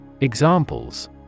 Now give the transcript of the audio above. Examples